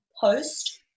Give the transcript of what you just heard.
post